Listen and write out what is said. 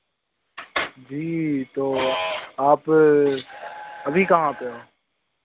जी तो आप अभी कहाँ पर हो